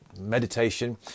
meditation